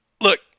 look